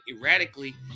erratically